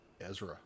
Ezra